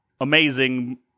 Amazing